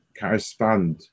correspond